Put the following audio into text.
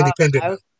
independent